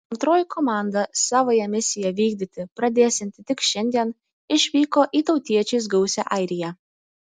antroji komanda savąją misiją vykdyti pradėsianti tik šiandien išvyko į tautiečiais gausią airiją